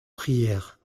prière